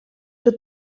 que